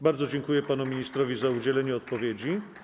Bardzo dziękuję panu ministrowi za udzielenie odpowiedzi.